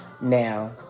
Now